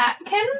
Atkin